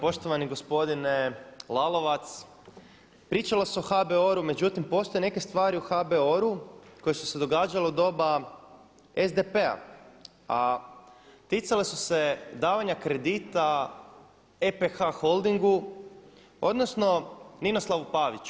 Poštovani gospodine Lalovac, pričalo se o HBOR-u, međutim postoje neke stvari u HBOR-u koje su se događale u doba SDP-a a ticale su se davanja kredita EPH Holdingu, odnosno Ninoslavu Paviću.